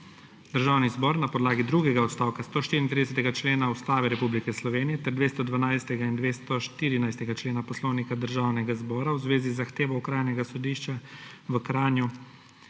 Državni zbor na podlagi drugega odstavka 134. člena Ustave Republike Slovenije ter 212. in 214. člena Poslovnika Državnega zbora v zvezi z zahtevo Okrajnega sodišča v Kranju,